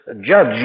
judge